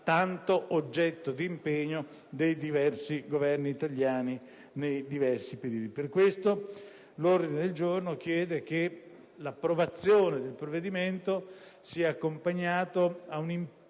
tanto oggetto di impegno dei diversi Governi italiani nei diversi periodi. Per questo, l'ordine del giorno G1 chiede che l'approvazione del provvedimento sia accompagnata da un impegno